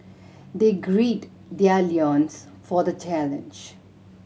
they grid their loins for the challenge